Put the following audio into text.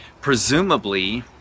presumably